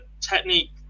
technique